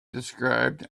described